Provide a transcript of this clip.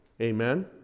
Amen